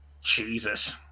Jesus